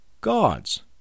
gods